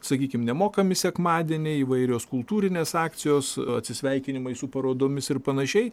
sakykim nemokami sekmadieniai įvairios kultūrinės akcijos atsisveikinimai su parodomis ir panašiai